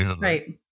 Right